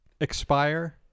expire